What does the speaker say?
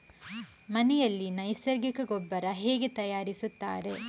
ಮನೆಯಲ್ಲಿ ನೈಸರ್ಗಿಕ ಗೊಬ್ಬರ ಹೇಗೆ ತಯಾರಿಸುತ್ತಾರೆ?